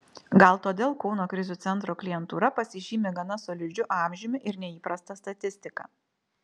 gal todėl kauno krizių centro klientūra pasižymi gana solidžiu amžiumi ir neįprasta statistika